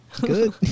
Good